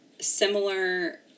similar